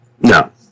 no